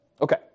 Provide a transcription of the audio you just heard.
Okay